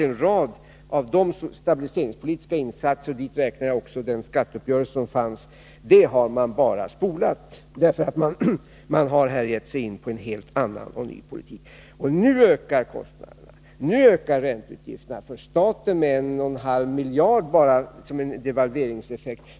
En rad av de stabiliseringspolitiska insatserna — dit räknar jag också skatteuppgörelsen — har man bara spolat och i stället givit sig in på en helt annan och ny politik. Nu ökar kostnaderna. Ränteutgifterna ökar för staten med 1,5 miljarder kronor bara som en devalveringseffekt.